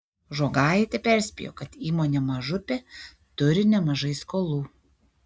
žogaitė perspėjo kad įmonė mažupė turi nemažai skolų